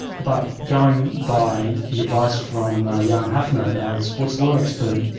but going by the advice from yann hafner, the ah sports law expert,